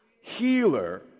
Healer